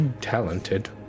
talented